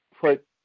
put